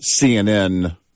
cnn